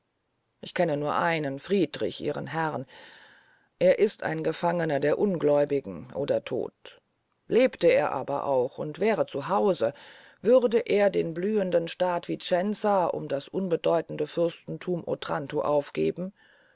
ich kenne nur einen friedrich ihren herrn er ist ein gefangener der ungläubigen oder tod lebte er aber auch und wäre zu hause würde er den blühenden staat vicenza um das unbedeutende fürstenthum otranto aufgeben